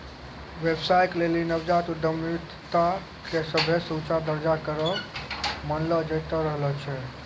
व्यवसाय के लेली नवजात उद्यमिता के सभे से ऊंचा दरजा करो मानलो जैतो रहलो छै